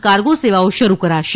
cargo સેવાઓ શરૂ કરાશે